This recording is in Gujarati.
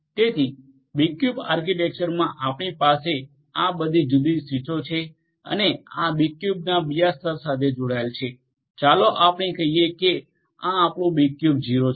તેથી બીક્યુબ આર્કિટેક્ચરમાં આપણી પાસે આ બધા જુદી જુદી સ્વીચો છે અને આ બીક્યુબના બીજા સ્તર સાથે જોડાયેલ છે ચાલો આપણે કહીએ કે આ આપણું બીક્યુબ 0 છે